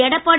Edappadi